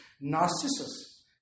Narcissus